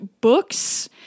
Books